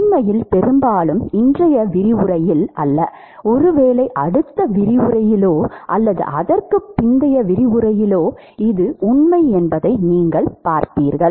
உண்மையில் பெரும்பாலும் இன்றைய விரிவுரையில் அல்ல ஒருவேளை அடுத்த விரிவுரையிலோ அல்லது அதற்குப் பிந்தைய விரிவுரையிலோ இது உண்மை என்பதை நீங்கள் பார்ப்பீர்கள்